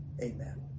Amen